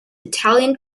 italian